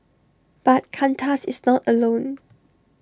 but Qantas is not alone